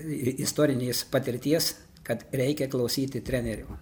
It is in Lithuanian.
istorinės patirties kad reikia klausyti trenerių